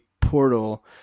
portal